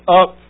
up